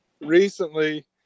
recently